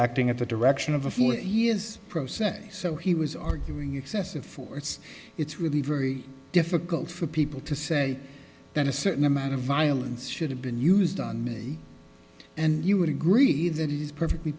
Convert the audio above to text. acting at the direction of a flip he is processing so he was arguing excessive force it's really very difficult for people to say that a certain amount of violence should have been used on me and you would agree that it is perfectly